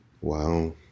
Wow